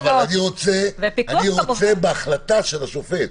אני רוצה שזה יהיה בהחלטה של השופט.